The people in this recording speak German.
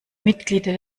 mitglieder